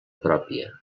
pròpia